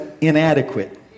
inadequate